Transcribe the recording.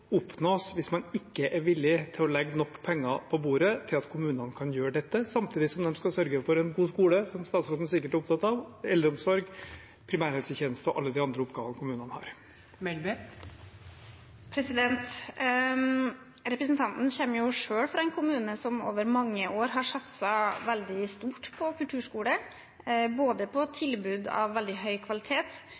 oppnås hvis man ikke er villig til å legge nok penger på bordet til at kommunene kan gjøre dette, samtidig som de skal sørge for en god skole, som statsråden sikkert er opptatt av, eldreomsorg, primærhelsetjeneste og alle de andre oppgavene kommunene har? Representanten Giske kommer selv fra en kommune som over mange år har satset veldig stort på kulturskole, både på tilbud av veldig høy kvalitet